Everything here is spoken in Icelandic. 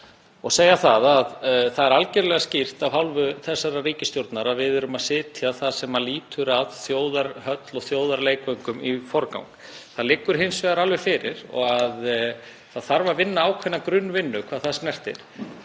og segja að það er algerlega skýrt af hálfu þessarar ríkisstjórnar að við erum að setja það sem lýtur að þessari þjóðarhöll og þjóðarleikvöngum í forgang. Það liggur hins vegar alveg fyrir — og þarf að vinna ákveðna grunnvinnu hvað það snertir,